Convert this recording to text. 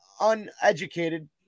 uneducated